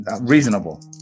Reasonable